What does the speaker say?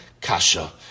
Kasha